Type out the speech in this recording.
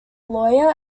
lawyer